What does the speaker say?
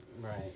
Right